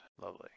lovely